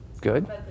Good